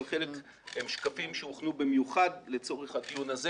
חלק הם שקפים שהוכנו במיוחד לצורך הדיון הזה